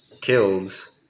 killed